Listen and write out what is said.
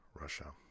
Russia